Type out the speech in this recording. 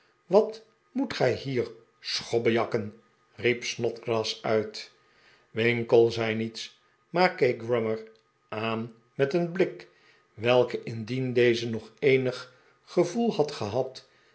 wat moet gij hier schobbejakken riep snodgrass uit winkle zei nie ts maar keek grummer aan met een blik welke indien deze nog eenig gevoel had gehad